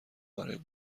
برای